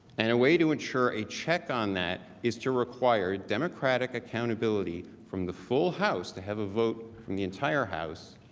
and a way to ensure a check on that is to require democratic accountability from the full house to have a vote from the entire house